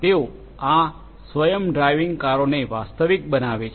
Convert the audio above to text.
તેઓ આ સ્વય ડ્રાઇવિંગ કારોને વાસ્તવિક બનાવે છે